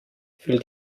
fiel